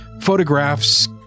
photographs